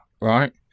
right